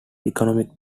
economic